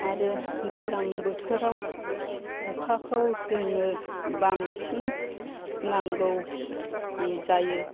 आरो दैज्लां बोथोराव अखाखौ जोंनो बांसिन नांगौ जायो